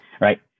Right